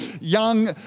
young